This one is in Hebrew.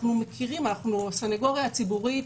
אנחנו מכירים, אנחנו הסנגוריה הציבורית,